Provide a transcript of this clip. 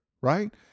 right